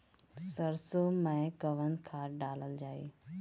सरसो मैं कवन खाद डालल जाई?